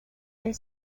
elle